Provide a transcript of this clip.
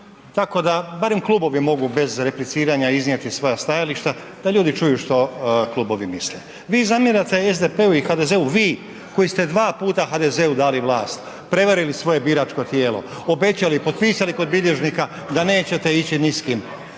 tako da barem klubovi mogu bez repliciranja iznijeti svoja stajališta da ljudi čuju što klubovi misle. Vi zamjerate SDP-u i HDZ-u, vi koji ste dva puta HDZ-u dali vlast, prevarili svoj biračko tijelo, obećali, potpisali kod bilježnika da nećete ići ni s kim